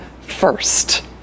first